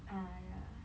啊 ya